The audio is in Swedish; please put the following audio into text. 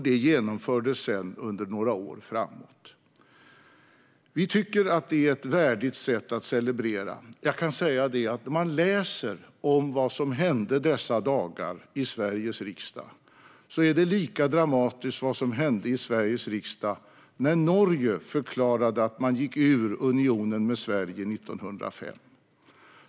Detta genomfördes sedan efter några år. Vi tycker att det är ett värdigt sätt att celebrera. Lika dramatiskt som det som hände i Sveriges riksdag dessa dagar är det som hände i Sveriges riksdag när Norge år 1905 förklarade att man gick ur unionen med Sverige.